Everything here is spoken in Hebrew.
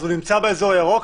הוא נמצא באזור ירוק,